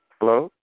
Hello